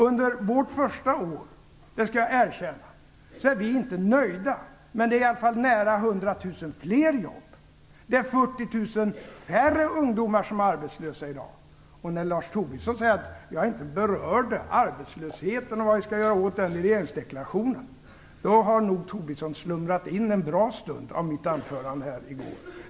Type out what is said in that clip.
Under vårt första år har vi inte varit nöjda - det skall jag erkänna - men det finns i alla fall nära Lars Tobisson säger att jag i regeringsdeklarationen inte berörde arbetslösheten och vad vi i regeringen skall göra åt den, men då hade han nog slumrat in en bra stund under mitt anförande i går.